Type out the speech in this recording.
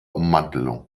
ummantelung